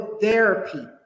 therapy